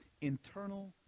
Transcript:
internal